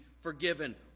forgiven